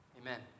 Amen